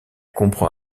comprend